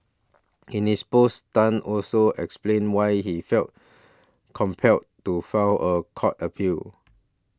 in his post Tan also explained why he felt compelled to file a court appeal